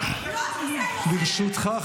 לא קריאה ראשונה.